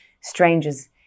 strangers